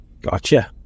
Gotcha